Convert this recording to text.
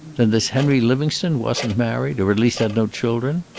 then this henry livingstone wasn't married? or at least had no children?